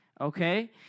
Okay